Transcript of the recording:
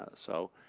ah so,